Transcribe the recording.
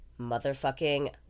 motherfucking